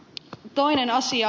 toinen asia